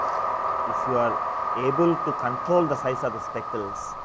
if you are able to control the size of the speckles,